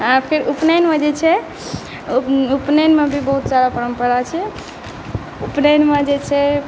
फेर उपनयनमे जे छै उपनयनमे भी बहुत सारा परम्परा छै उपनयनमे जे छै